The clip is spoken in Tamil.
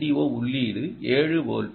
ஓ உள்ளீடு 7 வோல்ட் டி